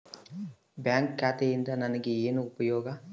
Bank ಖಾತೆಯಿಂದ ನನಗೆ ಏನು ಉಪಯೋಗ?